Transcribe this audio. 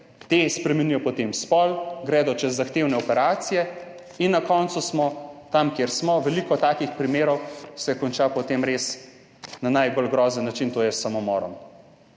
spremenijo spol, gredo čez zahtevne operacije in na koncu smo tam, kjer smo. Veliko takih primerov se konča potem res na najbolj grozen način, to je s samomorom.